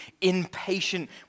impatient